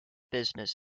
business